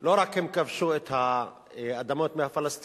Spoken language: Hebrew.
לא רק שהם כבשו את האדמות מהפלסטינים,